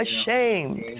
ashamed